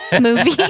movie